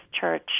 Church